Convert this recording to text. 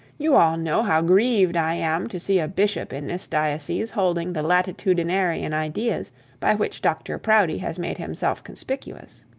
you all know how grieved i am to see a bishop in this diocese holding the latitudinarian ideas by which dr proudie has made himself conspicuous.